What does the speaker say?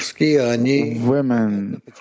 Women